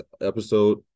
episode